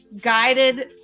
guided